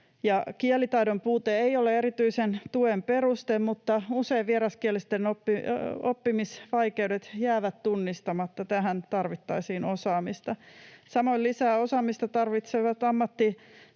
Kielitaidon puute ei ole erityisen tuen peruste, mutta usein vieraskielisten oppimisvaikeudet jäävät tunnistamatta. Tähän tarvittaisiin osaamista. Samoin lisää osaamista tarvitsevat ammatillisen